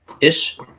ish